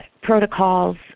protocols